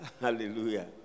Hallelujah